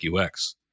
UX